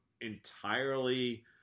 entirely